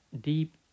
deep